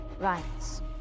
rights